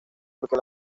porque